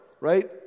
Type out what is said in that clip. right